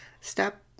step